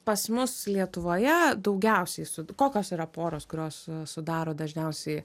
pas mus lietuvoje daugiausiai su kokios yra poros kurios sudaro dažniausiai